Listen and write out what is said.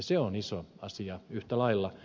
se on iso asia yhtä lailla